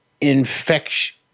infection